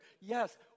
Yes